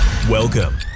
Welcome